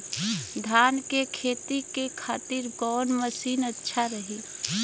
धान के खेती के खातिर कवन मशीन अच्छा रही?